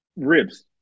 Ribs